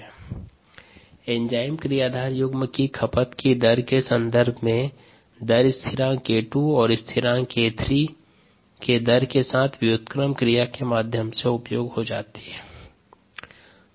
rgESk1ESV enzyme क्रियाधार युग्म की खपत की दर के संदर्भ में दर स्थिरांक 𝒌𝟐 और स्थिरांक 𝒌𝟑 के दर के साथ व्युत्क्रम क्रिया के माध्यम से उपयोग हो जाती है